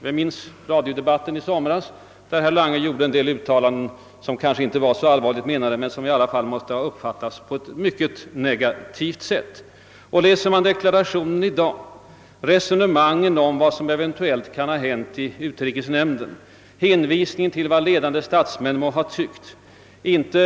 Jag minns radiodebatten i somras, i vilken herr Lange gjorde uttalanden som kanske inte var så allvarligt menade men som i alla fall måste ha uppfattats som mycket negativa. Läser man dagens regeringsdeklaration och dess resonemang om vad som eventuellt kan ha hänt i utrikesnämnden, hänvisningen till vad ledande statsmän må ha tyckt etc.